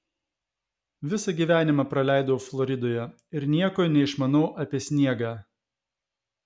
visą gyvenimą praleidau floridoje ir nieko neišmanau apie sniegą